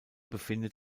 befinden